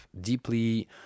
deeply